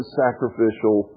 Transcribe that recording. sacrificial